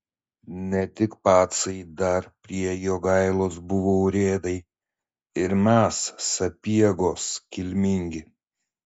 ne tik pacai dar prie jogailos buvo urėdai ir mes sapiegos kilmingi